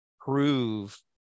prove